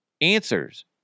answers